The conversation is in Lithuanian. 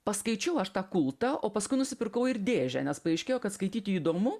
paskaičiau aš tą kultą o paskui nusipirkau ir dėžę nes paaiškėjo kad skaityti įdomu